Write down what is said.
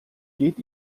geht